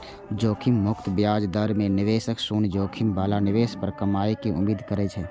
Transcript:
जोखिम मुक्त ब्याज दर मे निवेशक शून्य जोखिम बला निवेश पर कमाइ के उम्मीद करै छै